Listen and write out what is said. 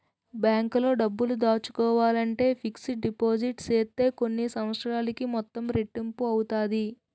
బ్యాంకులో డబ్బులు దాసుకోవాలంటే ఫిక్స్డ్ డిపాజిట్ సేత్తే కొన్ని సంవత్సరాలకి మొత్తం రెట్టింపు అవుతాది